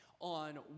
on